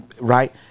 Right